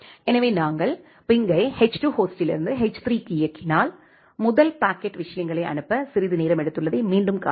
எனவே நாங்கள் பிங்கை எச்2 ஹோஸ்டிலிருந்து எச்3 க்கு இயக்கினால் முதல் பாக்கெட் விஷயங்களை அனுப்ப சிறிது நேரம் எடுத்துள்ளதை மீண்டும் காணலாம்